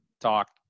talk